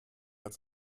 als